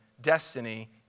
destiny